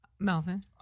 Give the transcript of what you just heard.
Melvin